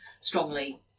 strongly